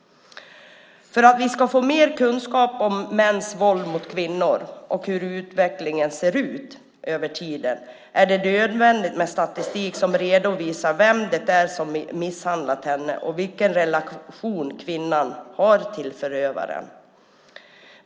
För att vi ska få mer kunskap om mäns våld mot kvinnor och hur utvecklingen ser ut över tiden är det nödvändigt med statistik som redovisar vem det är som misshandlat kvinnan och vilken relation hon har till förövaren.